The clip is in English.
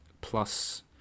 plus